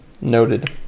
noted